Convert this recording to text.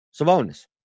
Savonis